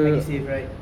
medisave right